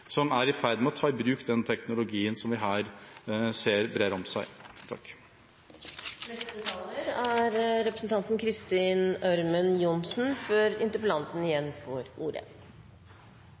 som er i ferd med å ta i bruk den teknologien som vi her ser brer seg. Takk